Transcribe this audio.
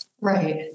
Right